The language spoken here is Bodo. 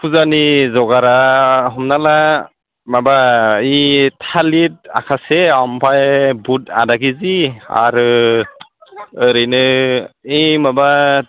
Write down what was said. फुजानि जगारा हमना ला माबा ओइ थालिर आखासे ओमफ्राय बुट आधा केजि आरो ओरैनो ओइ माबा